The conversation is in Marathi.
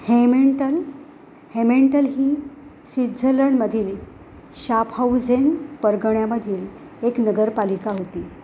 हेमेंटल हेमेंटल ही स्विझरलंडमधील शापहाऊजेन परगण्यामधील एक नगरपालिका होती